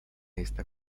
esta